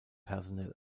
personell